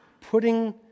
putting